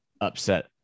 upset